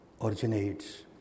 originates